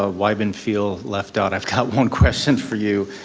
ah wibben feel left out, i've got one question for you.